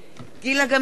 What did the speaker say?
גילה גמליאל,